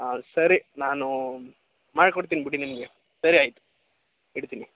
ಹಾಂ ಸರಿ ನಾನು ಮಾಡ್ಕೊಡ್ತೀನಿ ಬಿಡಿ ನಿಮಗೆ ಸರಿ ಆಯಿತು ಇಡ್ತೀನಿ